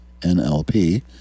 NLP